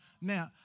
Now